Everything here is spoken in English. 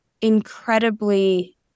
incredibly